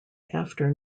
after